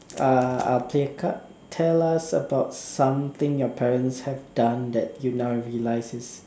uh uh play card tell us about something your parents have done that you now realise is